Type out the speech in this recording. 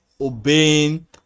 obeying